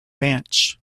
bench